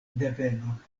devenon